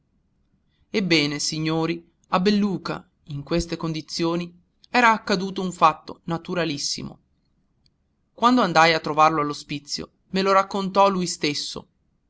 ebbene signori a belluca in queste condizioni era accaduto un fatto naturalissimo quando andai a trovarlo all'ospizio me lo raccontò lui stesso